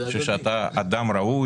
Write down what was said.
זה הדדי.